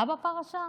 מה בפרשה?